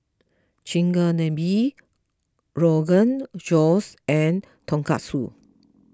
Chigenabe Rogan Josh and Tonkatsu